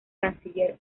canciller